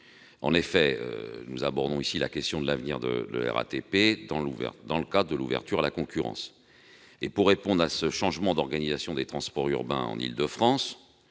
38. Nous abordons ici la question de l'avenir de la RATP dans le cadre de l'ouverture à la concurrence. Pour faire face à ce changement d'organisation des transports urbains en Île-de-France,